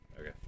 okay